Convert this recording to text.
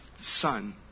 Son